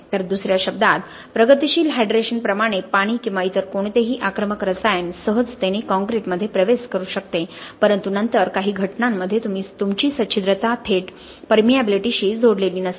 तर दुसऱ्या शब्दांत प्रगतीशील हायड्रेशन प्रमाणे पाणी किंवा इतर कोणतेही आक्रमक रसायन सहजतेने काँक्रीटमध्ये प्रवेश करू शकते परंतु नंतर काही घटनांमध्ये तुमची सच्छिद्रता थेट पारगम्यतेशी जोडलेली नसते